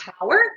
power